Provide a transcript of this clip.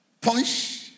Punch